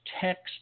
text